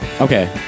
Okay